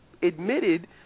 admitted